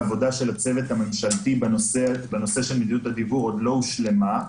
העבודה של הצוות הממשלתי בנושא של מדיניות הדיוור עוד לא הושלמה,